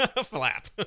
Flap